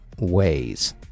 ways